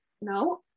no